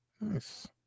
Nice